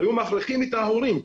היו מכריחים את ההורים,